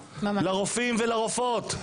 לרופאים ולרופאות.